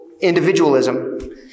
individualism